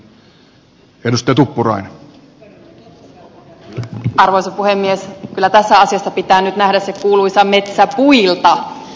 kyllä tässä asiassa pitää nyt nähdä se kuuluisa metsä puilta